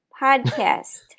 podcast